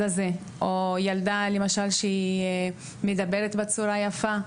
הזה או ילדה שהיא למשל מדברת בצורה יפה,